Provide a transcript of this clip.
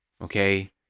okay